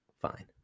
fine